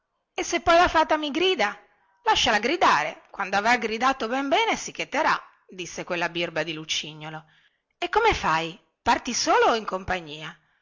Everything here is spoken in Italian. e se poi la fata mi grida lasciala gridare quando avrà gridato ben bene si cheterà disse quella birba di lucignolo e come fai parti solo o in compagnia